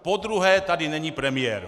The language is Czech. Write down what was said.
Podruhé tady není premiér.